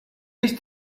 used